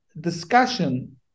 discussion